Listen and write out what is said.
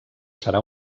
serà